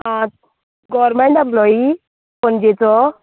आं government employee पणजेचो